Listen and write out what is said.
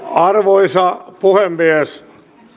arvoisa puhemies